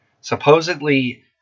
supposedly